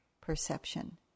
perception